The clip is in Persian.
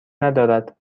ندارد